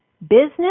business